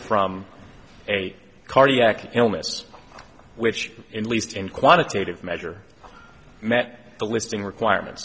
from a cardiac illness which in least in quantitative measure met the listing requirements